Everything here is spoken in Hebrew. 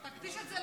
תקדיש את זה